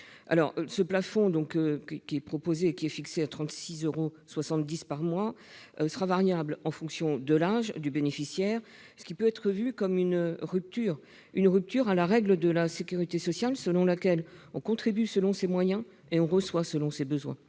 le plafond proposé, fixé à 36,70 euros par mois, serait variable en fonction de l'âge du bénéficiaire, ce qui pourrait être vu comme une rupture à la règle de la sécurité sociale selon laquelle on contribue selon ses moyens et on reçoit selon ses besoins.